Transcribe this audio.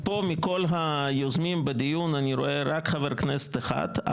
פה מכל היוזמים בדיון אני רואה רק חבר כנסת אחד,